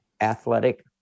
athletic